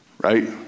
right